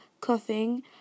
coughing